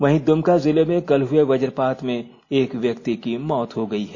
वहीं द्मका जिले में कल हुए वजपात में एक व्यक्ति की मौत हो गयी है